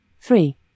Three